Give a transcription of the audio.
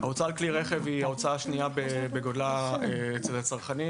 היא ההוצאה השנייה בגודלה אצל הצרכנים